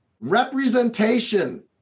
representation